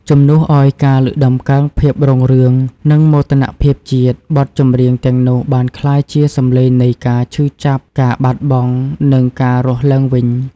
ជំនួសឱ្យការលើកតម្កើងភាពរុងរឿង និងមោទនភាពជាតិ បទចម្រៀងទាំងនោះបានក្លាយជា សំឡេងនៃការឈឺចាប់ ការបាត់បង់ និងការរស់ឡើងវិញ។